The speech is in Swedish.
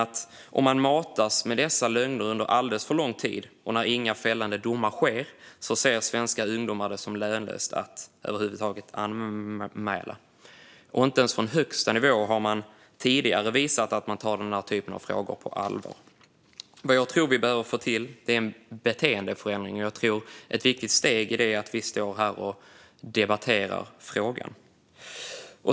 Om människor matas med dessa lögner under alldeles för lång tid, och om det inte kommer några fällande domar, tror jag att svenska ungdomar ser det som lönlöst att över huvud taget anmäla. Inte ens från högsta nivå har man tidigare visat att man tar denna typ av frågor på allvar. Jag tror att vi behöver få till en beteendeförändring, och jag tror att ett viktigt steg i detta är att stå här och debattera frågan.